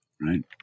right